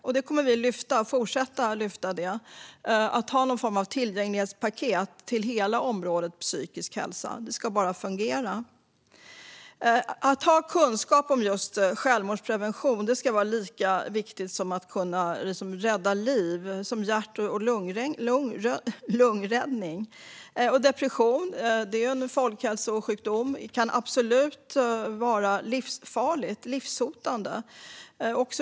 Vi kommer att fortsätta att lyfta fram detta tillgänglighetspaket för hela området psykisk hälsa. Det ska bara fungera. Att ha kunskap om just självmordsprevention ska vara lika viktigt som hjärt och lungräddning. Depression är en folkhälsosjukdom som kan vara livshotande.